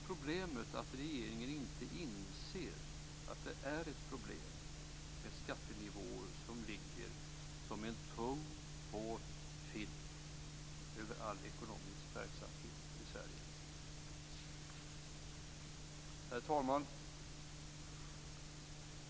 Problemet är just att regeringen inte inser att det är ett problem med skattenivåer som ligger som en tung våt filt över all ekonomisk verksamhet i Sverige. Herr talman!